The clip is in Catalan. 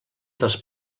dels